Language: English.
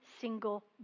single